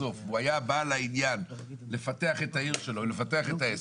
אתם מדברים על 190 אלף בעלי עסקים שפונים בבקשה לרישיון עסק.